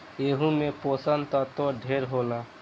एहू मे पोषण तत्व ढेरे होला